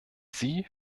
sie